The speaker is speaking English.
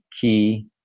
key